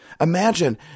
Imagine